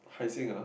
Hai-Sing ah